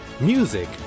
music